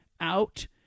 out